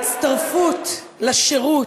ההצטרפות לשירות,